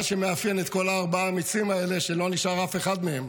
מה שמאפיין את כל הארבעה האמיצים האלה הוא שלא נשאר אף אחד מהם.